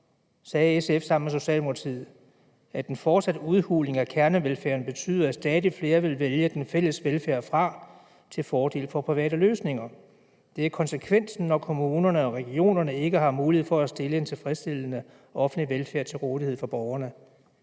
sagde SF sammen med Socialdemokratiet, at en fortsat udhuling af kernevelfærden betød, at stadig flere ville vælge den fælles velfærd fra til fordel for private løsninger – det ville være konsekvensen, når kommunerne og regionerne ikke havde mulighed for at stille en tilfredstillende offentlig velfærd til rådighed for borgerne.